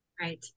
Right